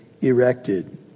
erected